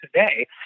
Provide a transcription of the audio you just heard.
today